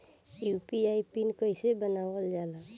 UPI pin कइसे बनावल जाला?